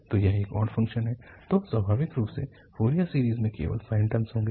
तो यह एक ऑड फ़ंक्शन है तो स्वाभाविक रूप से फोरियर सीरीज़ में केवल साइन टर्मस होंगे